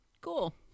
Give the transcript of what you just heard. cool